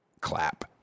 clap